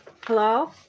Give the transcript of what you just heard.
Hello